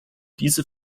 diese